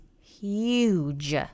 huge